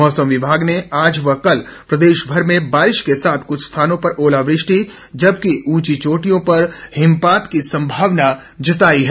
मौसम विभाग ने आज व कल प्रदेश भर में बारिश के साथ कुछ स्थानों पर ओलावृष्टि जबकि ऊंची चोटियों पर हिमपात की संभावना जताई है